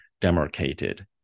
demarcated